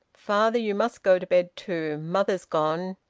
father, you must go to bed too. mother's gone.